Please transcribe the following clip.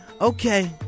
okay